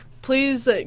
please